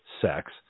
sex